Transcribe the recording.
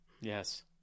Yes